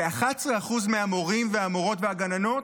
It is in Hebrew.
כ-11% מהמורים והמורות והגננות,